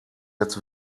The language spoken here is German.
jetzt